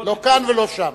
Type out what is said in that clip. לא כאן ולא שם.